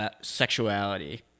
sexuality